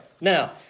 Now